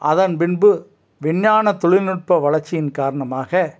அதன் பின்பு விஞ்ஞான தொழில்நுட்ப வளர்ச்சியின் காரணமாக